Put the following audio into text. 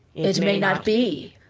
it may not be!